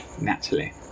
Natalie